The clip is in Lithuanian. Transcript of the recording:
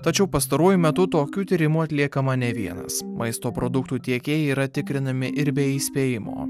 tačiau pastaruoju metu tokių tyrimų atliekama ne vienas maisto produktų tiekėjai yra tikrinami ir be įspėjimo